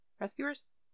Rescuers